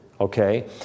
okay